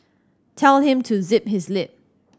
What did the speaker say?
tell him to zip his lip